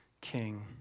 king